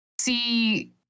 see